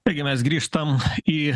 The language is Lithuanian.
taigi mes grįžtam į